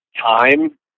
time